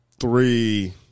three